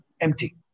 empty